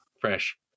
fresh